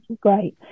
Great